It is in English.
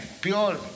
pure